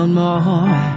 more